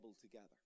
together